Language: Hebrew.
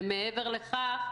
ומעבר לכך,